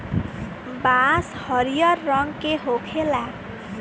बांस हरियर रंग के होखेला